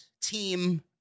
team